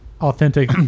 Authentic